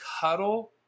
cuddle